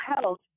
health